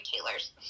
retailers